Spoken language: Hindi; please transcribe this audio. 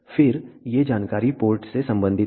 फिर ये जानकारी पोर्ट से संबंधित हैं